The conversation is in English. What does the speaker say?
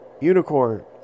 Unicorn